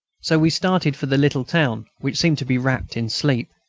so we started for the little town which seemed to be wrapped in sleep.